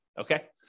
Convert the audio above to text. okay